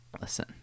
Listen